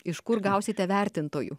iš kur gausite vertintojų